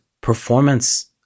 performance